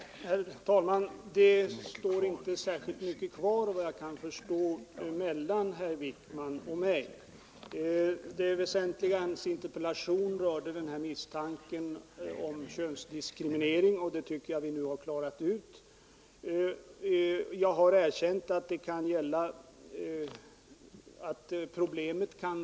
Herr talman! Det står tydligen inte kvar så mycket av skiljaktigheter Fredagen den mellan herr Wijkman och mig. Det väsentliga i hans interpellation var 29 november 1974 misstanken om könsdiskriminering, och den saken tycker jag att vinu I har klarat upp. Jag har erkänt att problem kan kvarstå när det gäller — Ang.